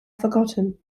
forgotten